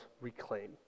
reclaim